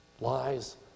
lies